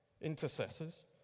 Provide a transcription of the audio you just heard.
intercessors